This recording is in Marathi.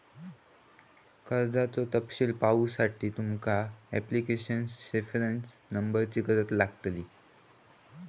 कर्जाचो तपशील पाहुसाठी तुमका ॲप्लीकेशन रेफरंस नंबरची गरज लागतली